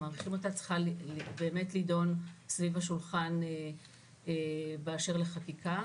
היא צריכה באמת לדון סביב השולחן באשר לחקיקה.